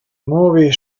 movie